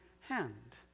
hand